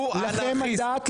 הוא אנרכיסט,